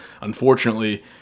Unfortunately